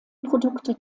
produkte